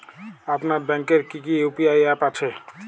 আপনার ব্যাংকের কি কি ইউ.পি.আই অ্যাপ আছে?